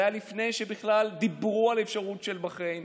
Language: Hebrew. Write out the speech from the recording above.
זה היה לפני שבכלל דיברו על האפשרות של בחריין.